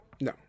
No